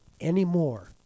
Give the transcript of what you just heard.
anymore